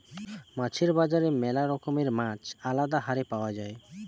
মাছের বাজারে ম্যালা রকমের মাছ আলদা হারে পাওয়া যায়